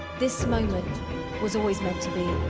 this moment was always meant to be